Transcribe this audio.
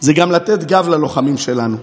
זה גם לתת גב ללוחמים שלנו.